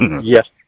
yes